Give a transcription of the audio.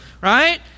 right